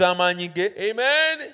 Amen